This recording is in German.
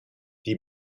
die